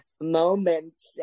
moments